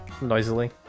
noisily